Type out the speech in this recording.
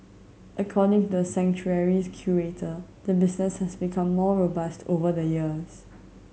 according to the sanctuary's curator the business has become more robust over the years